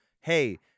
hey